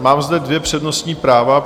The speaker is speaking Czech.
Mám zde dvě přednostní práva.